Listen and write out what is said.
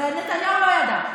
ונתניהו לא ידע?